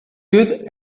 good